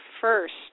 first